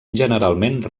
generalment